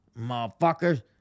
motherfuckers